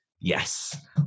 yes